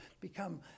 become